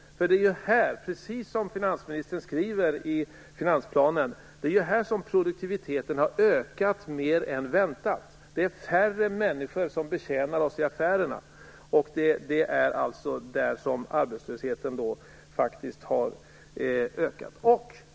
Det är här - precis som finansministern skriver i finansplanen - som produktiviteten har ökat mer än väntat. Det är färre människor som betjänar oss i affärerna, och det är på det området som arbetslösheten har ökat.